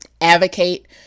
advocate